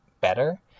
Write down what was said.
better